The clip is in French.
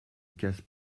casse